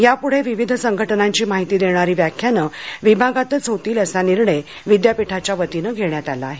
यापुढे विविध संघटनांची माहिती देणारी व्याख्यानं विभागातच होतील असा निर्णय विद्यापीठाच्या वतीने घेण्यात आला आहे